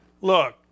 Look